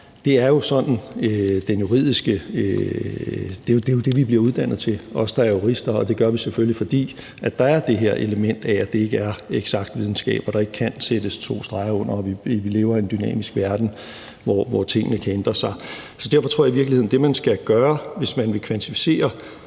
Det er jo det, som vi, der er jurister, bliver uddannet til. Det gør vi selvfølgelig, fordi der er det her element af, at det ikke er eksakt videnskab, at der ikke kan sættes to streger under det og vi lever i en dynamisk verden, hvor tingene kan ændre sig. Derfor tror jeg i virkeligheden, at det, man skal gøre, hvis man vil kvantificere